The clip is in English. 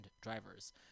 drivers